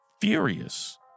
furious